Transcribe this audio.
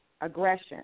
aggression